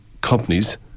companies